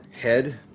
head